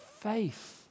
faith